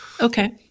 Okay